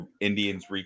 Indians